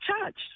charged